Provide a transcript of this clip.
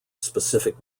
specific